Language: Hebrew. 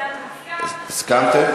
הסכמנו.